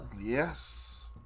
yes